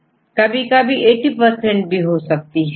कभी कभी 80 परसेंट भी हो सकती है